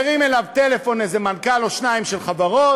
ירימו אליו טלפון איזה מנכ"ל או שניים של חברות,